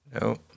No